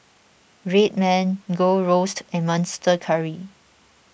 Red Man Gold Roast and Monster Curry